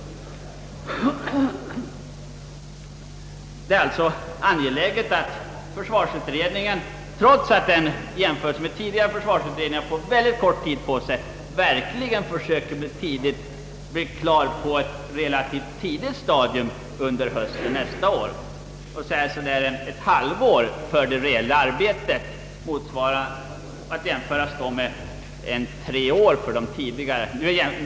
Det är således angeläget att försvarsutredningen, trots att den jämfört med tidigare försvarsutredningar får mycket kort tid på sig, verkligen försöker bli färdig med sitt arbete relativt tidigt under hösten nästa år — låt oss säga att den har ett halvår på sig med det reella arbetet jämfört med ungefär tre år för de tidigare försvarsutredningarna.